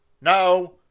No